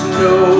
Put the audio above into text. no